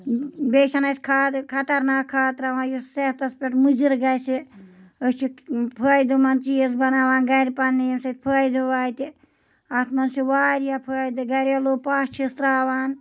بیٚیہِ چھَنہٕ اَسہِ کھادٕ خطرناک کھاد ترٛاوان یُس صحتَس پٮ۪ٹھ مُضِر گژھِ أسۍ چھِ فٲیدٕ مَنٛد چیٖز بَناوان گَرِ پںٛنہِ ییٚمہِ سۭتۍ فٲیدٕ واتہِ اَتھ منٛز چھِ واریاہ فٲیدٕ گریلوٗ پَہہ چھِس ترٛاوان